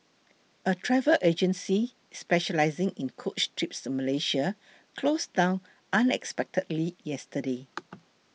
a travel agency specialising in coach trips to Malaysia closed down unexpectedly yesterday